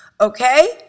Okay